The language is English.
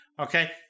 Okay